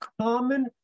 common